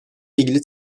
ilgili